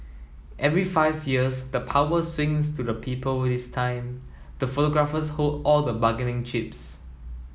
every five years the power swings to the people this time the photographers hold all the bargaining chips